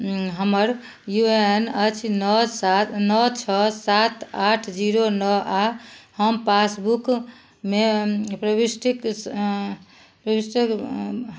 हमर U A N अछि नओ सात नओ छओ सात आठ जीरो नओ आ हम पासबुकमे प्रविष्टिक